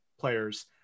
players